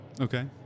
Okay